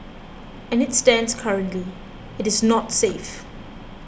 as it stands currently it is not safe